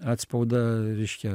atspaudą reiškia